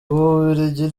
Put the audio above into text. bubiligi